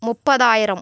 முப்பதாயிரம்